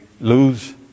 lose